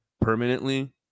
permanently